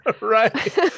right